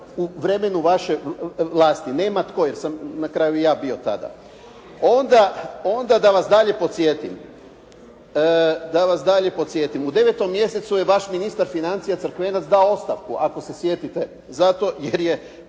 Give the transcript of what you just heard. u vremenu vaše vlasti jer sam na kraju i ja bio tada. Onda, da vas dalje podsjetim u 9. mjesecu je vaš ministar financija Crkvenac dao ostavku ako se sjetite zato jer je